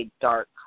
dark